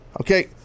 okay